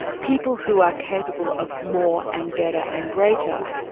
people who are capable of more and better and greater,